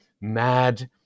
mad